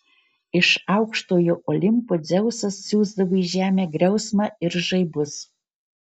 iš aukštojo olimpo dzeusas siųsdavo į žemę griausmą ir žaibus